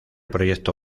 proyecto